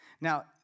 Now